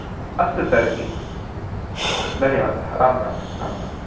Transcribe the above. अस्तु तर्हि धन्यवादः राम् राम् राम् राम्